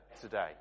today